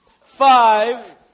five